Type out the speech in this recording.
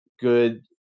good